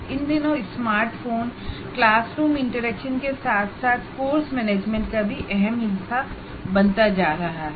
इन दिनों smartphone classroom interaction के साथ साथ कोर्स मैनेजमेंट का भी अहम हिस्सा बनता जा रहा है